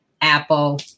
apple